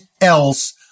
else